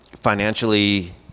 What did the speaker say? financially